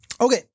Okay